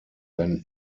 then